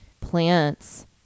plants